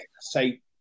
say